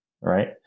right